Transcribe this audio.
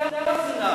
אתם אנחנו השפויים.